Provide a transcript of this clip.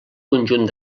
conjunt